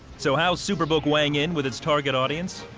so how's superbook weighing in with its target audience?